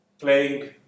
playing